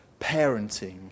parenting